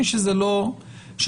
שזה לא מתאים.